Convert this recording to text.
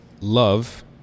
love